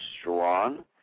strong